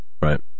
Right